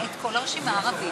את לא מתביישת,